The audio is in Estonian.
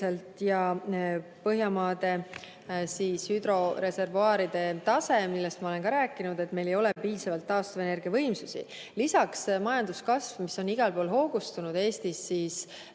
Põhjamaade hüdroreservuaaride madal tase, millest ma olen ka rääkinud. Meil ei ole piisavalt taastuvenergia võimsusi. Lisaks majanduskasv, mis on igal pool hoogustunud, Eestis [on